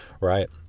Right